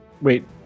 Wait